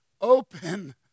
open